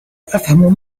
أفهم